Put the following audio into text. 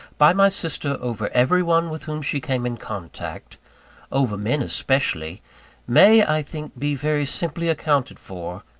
by my sister over every one with whom she came in contact over men especially may, i think be very simply accounted for,